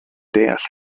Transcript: deall